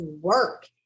work